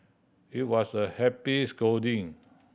it was a happy scolding